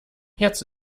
jetzt